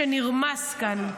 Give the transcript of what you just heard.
שנרמס כאן,